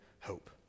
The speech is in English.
hope